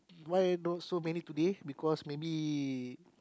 why not so many today because maybe